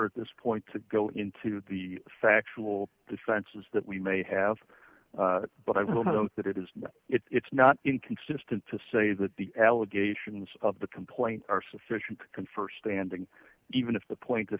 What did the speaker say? at this point to go into the factual defenses that we may have but i will note that it is not it's not inconsistent to say that the allegations of the complaint are sufficient to confer standing even if the point